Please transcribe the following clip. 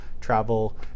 travel